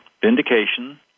vindication